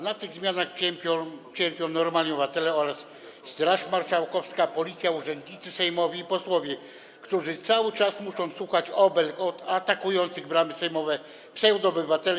Na tych zmianach cierpią normalni obywatele oraz Straż Marszałkowska, Policja, urzędnicy sejmowi i posłowie, którzy cały czas muszą słuchać obelg od atakujących bramy sejmowe pseudoobywateli.